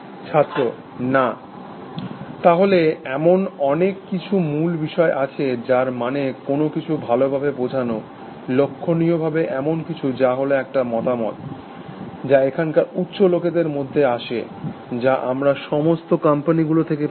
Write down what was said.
ছাত্র না তাহলে এমন অনেক কিছু মূল বিষয় আছে যার মানে কোনো কিছু ভালোভাবে বোঝানো লক্ষ্যনীয়ভাবে এমন কিছু যা হল একটা মতামত যা এখানকার উচ্চ লোকেদের মধ্যে আসে যা আমরা সমস্ত কোম্পানীগুলো থেকে পাই